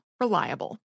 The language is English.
Reliable